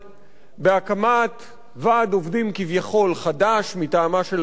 בהקמת ועד עובדים כביכול חדש, מטעמה של ההסתדרות.